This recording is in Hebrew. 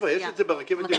זיוה, יש את זה ברכבת בירושלים?